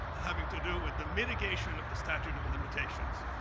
having to do with the mitigation of the statute of limitations.